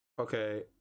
Okay